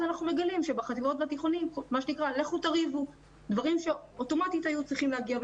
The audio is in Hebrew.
אנחנו מגלים בחטיבות ובתיכונים שדברים שאוטומטית היו צריכים להגיע,